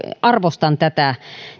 arvostan tätä